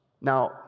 Now